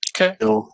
Okay